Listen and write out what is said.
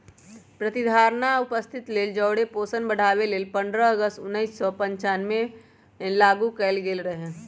प्रतिधारणा आ उपस्थिति लेल जौरे पोषण बढ़ाबे लेल पंडह अगस्त उनइस सौ पञ्चानबेमें लागू कएल गेल रहै